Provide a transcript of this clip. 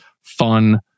fun